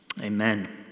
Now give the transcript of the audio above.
Amen